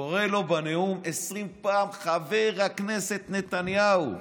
קורא לו בנאום 20 פעם חבר הכנסת נתניהו,